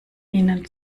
ihnen